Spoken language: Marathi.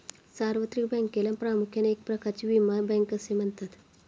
सार्वत्रिक बँकेला प्रामुख्याने एक प्रकारची विमा बँक असे म्हणतात